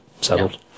Settled